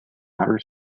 outer